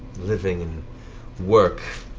living and work,